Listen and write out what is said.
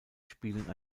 spielen